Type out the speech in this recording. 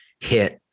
hit